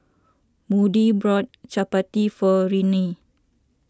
Moody brought Chappati for Renea